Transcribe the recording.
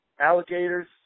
alligators